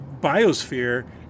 biosphere